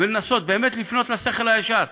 ולנסות באמת לפנות לשכל הישר.